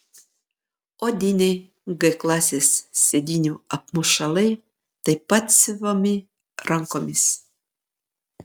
odiniai g klasės sėdynių apmušalai taip pat siuvami rankomis